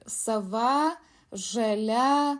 sava žalia